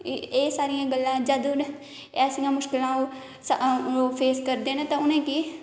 एह् सारियां गल्लां जद ऐसियां मुश्किलां फेस करदे ना ते उनेंगी